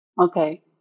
okay